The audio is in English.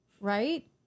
right